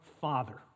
father